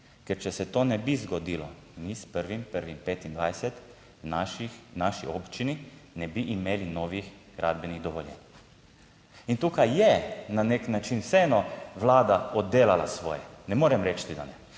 Ker, če se to ne bi zgodilo, mi s 1. 1. 25, naših, naši občini ne bi imeli novih gradbenih dovoljenj. In tukaj je na nek način vseeno Vlada oddelala svoje, ne morem reči, da ne.